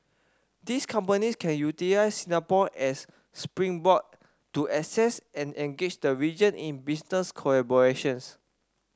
these companies can utilise Singapore as springboard to access and engage the region in business collaborations